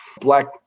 Black